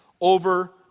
over